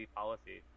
policy